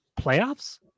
playoffs